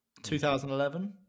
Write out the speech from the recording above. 2011